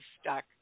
stuck